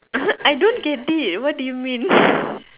I don't get it what do you mean